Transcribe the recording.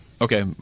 okay